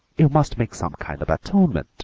you must make some kind of atonement.